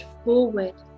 forward